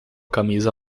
camisa